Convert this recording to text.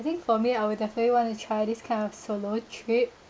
I think for me I will definitely want to try this kind of solo trip